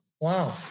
Wow